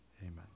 amen